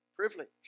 Privilege